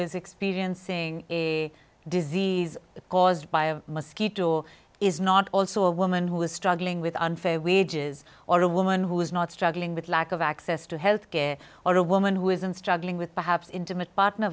is experiencing a disease caused by a mosquito or is not also a woman who is struggling with unfair wages or a woman who is not struggling with lack of access to health care or a woman who isn't struggling with perhaps intimate partner